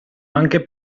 anche